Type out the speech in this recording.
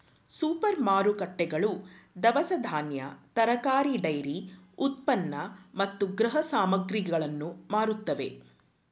super ಮಾರುಕಟ್ಟೆಗಳು ದವಸ ಧಾನ್ಯ, ತರಕಾರಿ, ಡೈರಿ ಉತ್ಪನ್ನ ಮತ್ತು ಗೃಹ ಸಾಮಗ್ರಿಗಳನ್ನು ಮಾರುತ್ತವೆ